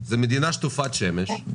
זו מדינה שטופת שמש,